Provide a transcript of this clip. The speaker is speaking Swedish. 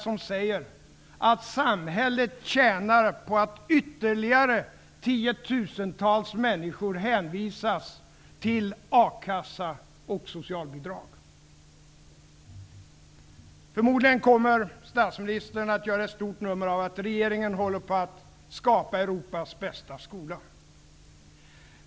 Förmodligen kommer statsministern att göra ett stort nummer av att regeringen håller på att skapa Europas bästa skola.